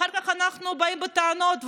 אחר כך אנחנו באים בטענות ותלונות.